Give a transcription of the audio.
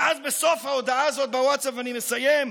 ואז, בסוף ההודעה הזו בווטסאפ, אני מסיים,